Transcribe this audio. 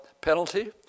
penalty